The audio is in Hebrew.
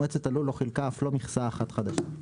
מועצת הלול לא חילקה אף לא מכסה אחת חדשה.